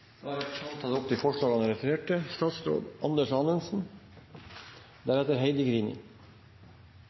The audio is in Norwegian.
Da har representanten Bård Vegar Solhjell tatt opp de forslagene han refererte